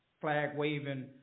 flag-waving